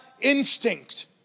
instinct